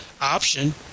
option